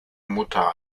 mutter